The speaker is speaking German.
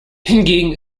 hingegen